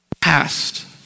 past